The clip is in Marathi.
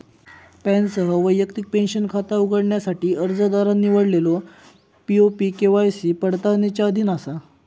पॅनसह वैयक्तिक पेंशन खाता उघडण्यासाठी अर्जदारान निवडलेलो पी.ओ.पी के.वाय.सी पडताळणीच्या अधीन असा